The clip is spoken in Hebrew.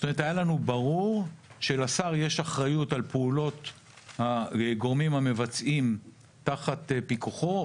היה לנו ברור שלשר יש אחריות על פעולות הגורמים המבעים תחת פיקוחו,